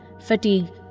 Fatigue